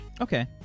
Okay